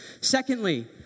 Secondly